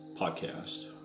podcast